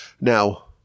Now